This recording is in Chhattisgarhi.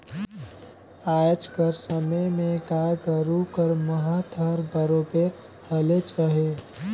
आएज कर समे में गाय गरू कर महत हर बरोबेर हलेच अहे